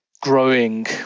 growing